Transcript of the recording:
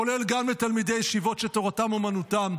כולל גם לתלמידי ישיבות שתורתם אומנותם,